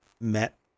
met